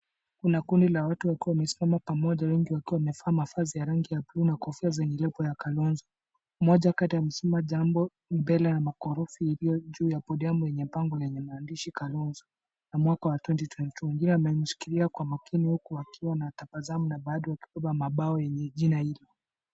Kuna kundi la watu wakiwa wamesimama pamoja wengi wakiwa wamevaa mavazi ya rangi ya bluu na kofia zenye lebo ya Kalonzo. Mmoja kati amesimama jambo mbele ya maghorofa yaliyo juu yenye bango lenye maandishi Kalonzo mwaka wa 2022, Mwingine ameshikilia kwa umakini wakiwa na tabasamu na Vado wakishika mabango yenye jina hilo.